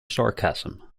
sarcasm